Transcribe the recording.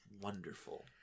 wonderful